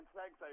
Thanks